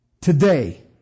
today